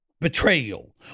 betrayal